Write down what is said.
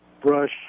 brush